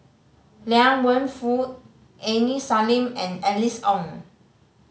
Liang Wenfu Aini Salim and Alice Ong